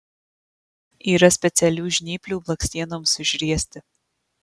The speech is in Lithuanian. yra specialių žnyplių blakstienoms užriesti